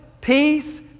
peace